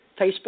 Facebook